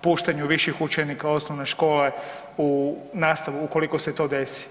puštanju viših učenika osnovne škole u nastavu ukoliko se to desi.